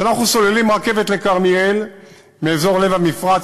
כשאנחנו סוללים רכבת לכרמיאל מאזור לב-המפרץ,